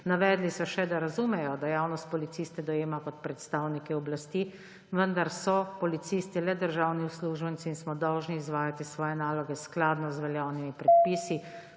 Navedli so še, da razumejo, da javnost policiste dojema kot predstavnike oblasti, vendar so policisti le državni uslužbenci in so dolžni izvajati svoje naloge skladno z veljavnimi predpisi.